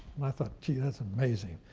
and i thought, gee, that's amazing.